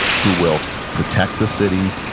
who will protect the city,